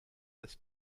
this